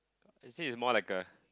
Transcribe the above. you see you more like a